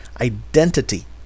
identity